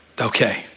okay